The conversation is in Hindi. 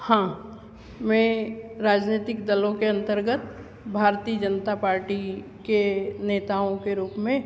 हाँ मैं राजनैतिक दलों के अन्तर्गत भारतीय जनता पार्टी के नेताओं के रूप में